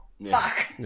Fuck